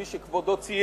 כפי שכבודו ציין,